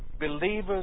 Believers